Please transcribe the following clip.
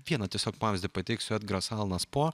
vieną tiesiog pavyzdį pateiksiu edgaras alanas po